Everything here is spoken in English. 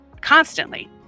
constantly